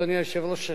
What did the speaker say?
אדוני היושב-ראש,